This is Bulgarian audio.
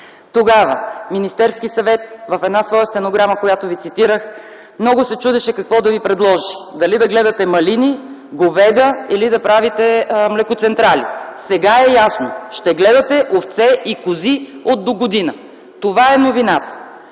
Тогава Министерският съвет в една своя стенограма, която ви цитирах, много се чудеше какво да ви предложи: дали да гледате малини, говеда, или да правите млекоцентрали. Сега е ясно: ще гледате овце и кози от догодина – това е новината.